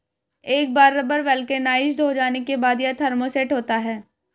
एक बार rubber vulcanised हो जाने के बाद, यह थर्मोसेट होता है